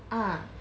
ah